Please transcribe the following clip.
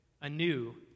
anew